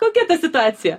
kokia ta situacija